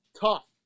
tough